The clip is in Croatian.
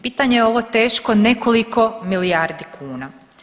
Pitanje je ovo teško nekoliko milijardi kuna.